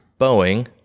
Boeing